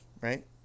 right